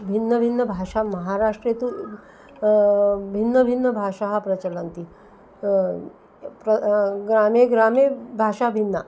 भिन्नभिन्नभाषा महाराष्ट्रे तु भिन्नभिन्नभाषाः प्रचलन्ति प्र ग्रामे ग्रामे भाषा भिन्ना